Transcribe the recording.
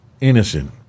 innocent